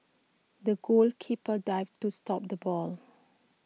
the goalkeeper dived to stop the ball